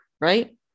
right